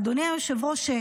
אדוני היושב-ראש,